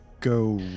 go